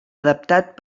adaptat